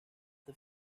the